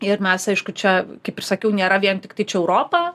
ir mes aišku čia kaip ir sakiau nėra vien tiktai čia europa